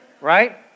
right